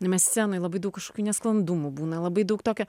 scenoj labai daug kažkokių nesklandumų būna labai daug tokio